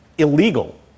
Illegal